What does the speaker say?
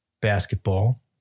basketball